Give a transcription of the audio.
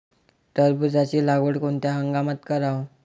टरबूजाची लागवड कोनत्या हंगामात कराव?